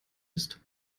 ist